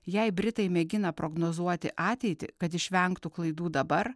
jei britai mėgina prognozuoti ateitį kad išvengtų klaidų dabar